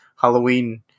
Halloween